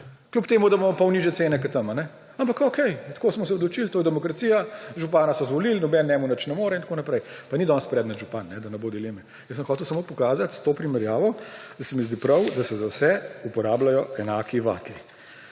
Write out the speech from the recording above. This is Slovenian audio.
40, čeprav imamo pol nižje cene kot tam, ampak okej, tako smo se odločili, to je demokracija, župana so izvolili, noben njemu nič ne more in tako naprej. Pa ni danes predmet župan, da ne bo dileme. Jaz sem hotel samo pokazati s to primerjavo, da se mi zdi prav, da se za vse uporabljajo enaki vatli.